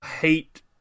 hate